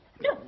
No